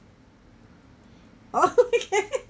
okay